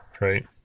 right